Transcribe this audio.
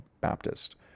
Baptist